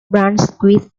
brunswick